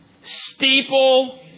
Steeple